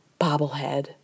Bobblehead